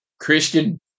Christian